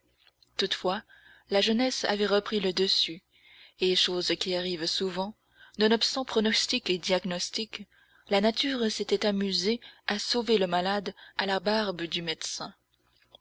toutefois la jeunesse avait repris le dessus et chose qui arrive souvent nonobstant pronostics et diagnostics la nature s'était amusée à sauver le malade à la barbe du médecin